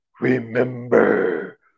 remember